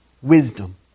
Wisdom